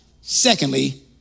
Secondly